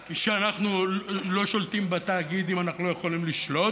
כי כשאנחנו לא שולטים בתאגיד אם אנחנו לא יכולים לשלוט,